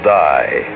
die